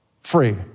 Free